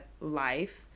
life